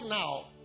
now